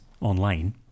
online